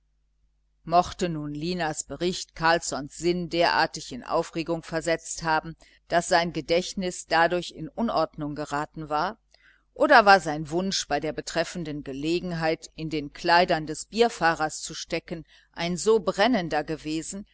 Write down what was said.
mochte nun linas bericht carlssons sinn derartig in aufregung versetzt haben daß sein gedächtnis dadurch in unordnung geraten war oder war sein wunsch bei der betreffenden gelegenheit in den kleidern des bierfahrers zu stecken ein so brennender gewesen